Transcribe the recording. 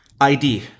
ID